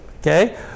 Okay